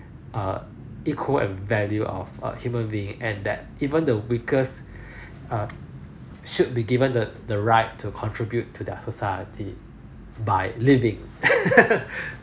err equal and value of uh human being and that even the weakest err should be given the the right to contribute to their society by living